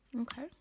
Okay